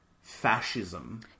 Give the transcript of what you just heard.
fascism